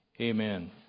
amen